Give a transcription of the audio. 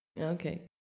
Okay